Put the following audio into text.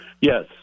Yes